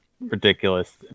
ridiculous